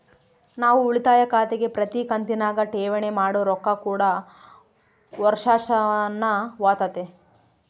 ನಾವು ಉಳಿತಾಯ ಖಾತೆಗೆ ಪ್ರತಿ ಕಂತಿನಗ ಠೇವಣಿ ಮಾಡೊ ರೊಕ್ಕ ಕೂಡ ವರ್ಷಾಶನವಾತತೆ